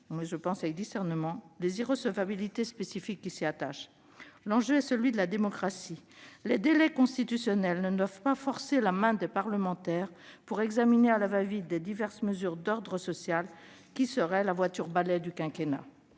me semble-t-il, les irrecevabilités spécifiques qui s'y attachent. L'enjeu est celui de la démocratie : les délais constitutionnels ne doivent pas forcer la main des parlementaires pour examiner à la va-vite diverses mesures d'ordre social qui seraient la « voiture-balai » du quinquennat